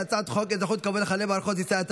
חוק אזרחות כבוד לחללי מערכות ישראל,